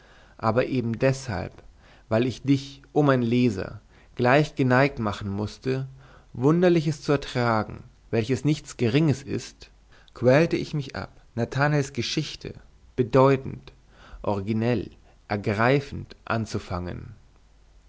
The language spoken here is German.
aber eben deshalb und weil ich dich o mein leser gleich geneigt machen mußte wunderliches zu ertragen welches nichts geringes ist quälte ich mich ab nathanaels geschichte bedeutend originell ergreifend anzufangen